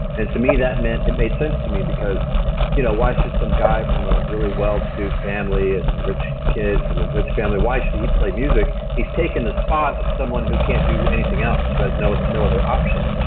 and to me that meant. it made sense to me because you know why should some guy from a really well-to-do family and rich kid from a rich family why should he play music, he's taking the spot of someone who can't do anything else, who has no no other option.